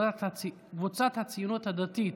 קבוצת סיעת הציונות הדתית,